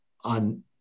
on